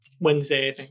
Wednesday